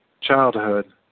childhood